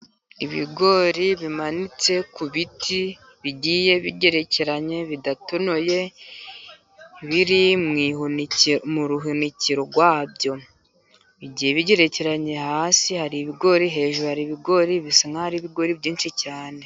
Ibigori bimanitse ku biti bigiye bigerekeranye, bidatonoye, biri mu ruhunikiro rwabyo. Bigiye bigerekeranye, hasi hari ibigori, hejuru hari ibigori, bisa nk'aho ari ibigori byinshi cyane.